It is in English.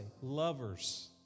Lovers